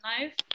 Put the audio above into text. life